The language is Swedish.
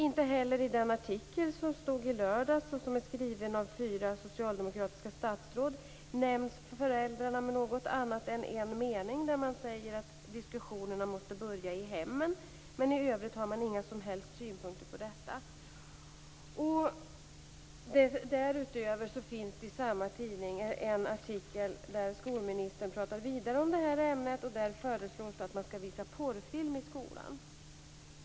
Inte heller i artikeln i lördags av fyra socialdemokratiska statsråd nämns föräldrarna med något annat än en mening, där man säger att diskussionerna måste börja i hemmen. I övrigt har man inga som helst synpunkter på detta. Därutöver finns i samma tidning en artikel där skolministern pratar vidare om det här ämnet. Där föreslås att man skall visa porrfilm i skolan.